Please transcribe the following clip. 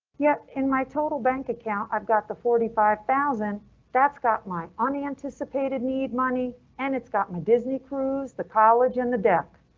yep, in my total bank account i've got the forty five thousand that's got my um an anticipated need money and it's got my disney cruise. the college and the deck.